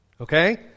Okay